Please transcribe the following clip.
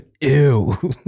Ew